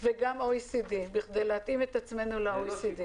גם בכדי להתאים את עצמנו ל-OECD.